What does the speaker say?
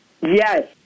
Yes